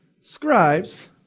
scribes